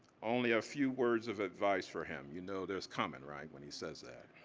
only a few words of advice for him. you know there's comin', right, when he says that.